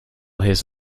his